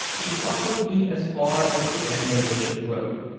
he walked with me as far as the end of bishop's road,